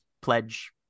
pledge